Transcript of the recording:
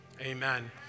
Amen